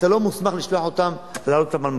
אתה לא מוסמך לשלוח אותם ולהעלות אותם על מטוס.